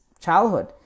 childhood